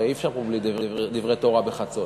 הרי אי-אפשר פה בלי דברי תורה בחצות.